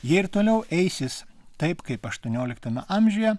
jei ir toliau eisis taip kaip aštuonioliktame amžiuje